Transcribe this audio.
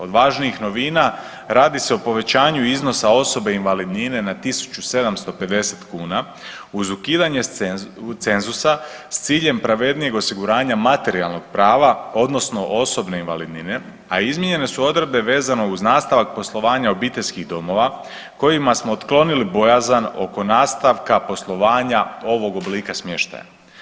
Od važnijih novina radi se o povećanju iznosa osobe invalidnine na 1.750 kuna uz ukidanje cenzusa s ciljem pravednijeg osiguranja materijalnog prava odnosno osobne invalidnine, a izmijenjene su odredbe vezano uz nastavak poslovanja obiteljskih domova kojima smo otklonili bojazan oko nastavka poslovanja ovog oblika smještaja.